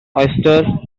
oyster